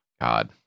God